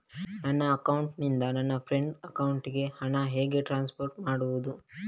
ನನ್ನ ಅಕೌಂಟಿನಿಂದ ನನ್ನ ಫ್ರೆಂಡ್ ಅಕೌಂಟಿಗೆ ಹಣ ಹೇಗೆ ಟ್ರಾನ್ಸ್ಫರ್ ಮಾಡುವುದು?